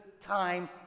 time